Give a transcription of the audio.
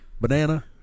banana